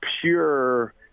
pure